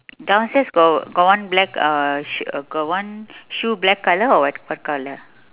downstairs got got one black uh sh~ got one shoe black colour or what what colour